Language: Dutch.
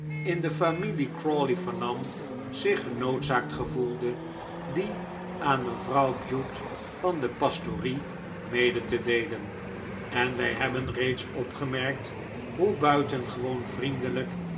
in de familie crawley vernam zich genoodzaakt gevoelde die aan p k mevrouw bute van de pastorie mede te deelen en wij hebben reeds opgemerkt p p hoe buitengewoon vriendelijk